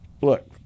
look